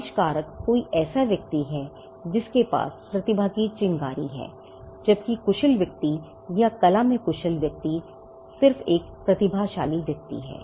आविष्कारक कोई ऐसा व्यक्ति है जिसके पास प्रतिभा की चिंगारी है जबकि एक कुशल व्यक्ति या कला में कुशल व्यक्ति सिर्फ एक प्रतिभाशाली व्यक्ति है